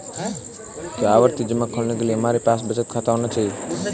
क्या आवर्ती जमा खोलने के लिए हमारे पास बचत खाता होना चाहिए?